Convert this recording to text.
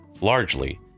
largely